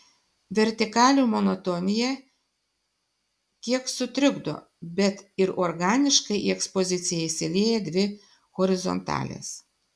vertikalių monotoniją kiek sutrikdo bet ir organiškai į ekspoziciją įsilieja dvi horizontalės